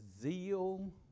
zeal